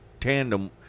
tandem